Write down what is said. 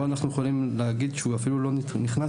פה אנחנו יכולים להגיד שהוא אפילו לא נכנס